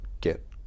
get